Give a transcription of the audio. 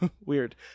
Weird